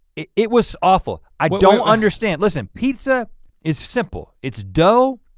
it it was awful. i don't understand, listen. pizza is simple. it's dough,